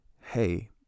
hey